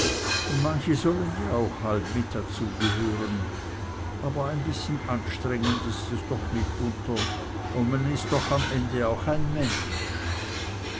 und manche sollen ja auch halb mit dazu gehören aber ein bißchen anstrengend is es doch mitunter und man is doch am ende auch ein mensch